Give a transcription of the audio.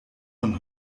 man